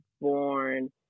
born